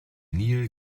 nil